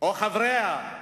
או חבריה,